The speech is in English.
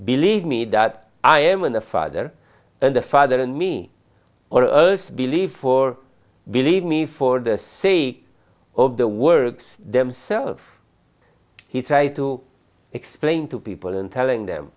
believe me that i am in the father and the father in me or earth believe for believe me for the sake of the words themselves he tried to explain to people and telling them